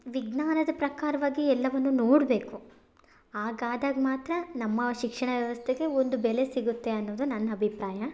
ವಿಜ್ಞಾನದ ಪ್ರಕಾರವಾಗಿ ಎಲ್ಲವನ್ನು ನೋಡಬೇಕು ಹಾಗಾದಾಗ್ ಮಾತ್ರ ನಮ್ಮ ಶಿಕ್ಷಣ ವ್ಯವಸ್ಥೆಗೆ ಒಂದು ಬೆಲೆ ಸಿಗುತ್ತೆ ಅನ್ನೋದು ನನ್ನ ಅಭಿಪ್ರಾಯ